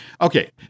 Okay